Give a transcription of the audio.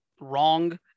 wrong